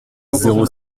zéro